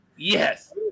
Yes